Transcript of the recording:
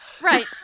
Right